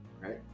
right